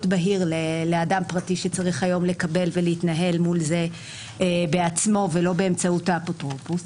בהיר לאדם פרטי שצריך היום להתנהל מול זה בעצמו ולא באמצעות האפוטרופוס.